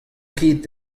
ket